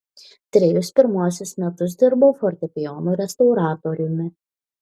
trejus pirmuosius metus dirbau fortepijonų restauratoriumi